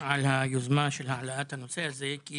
היוזמה של העלאת הנושא הזה, כי